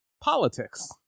politics